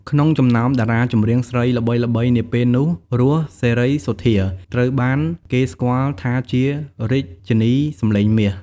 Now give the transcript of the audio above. ក្នុងចំណោមតារាចម្រៀងស្រីល្បីៗនាពេលនោះ រស់ សេរីសុទ្ធា ត្រូវបានគេស្គាល់ថាជា រាជនីសម្លេងមាស ។